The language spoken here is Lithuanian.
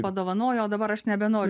padovanojo o dabar aš nebenoriu